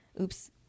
Oops